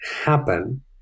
happen